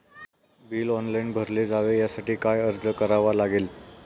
Bill online भरले जावे यासाठी काय अर्ज करावा लागेल?